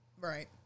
Right